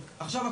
עכשיו,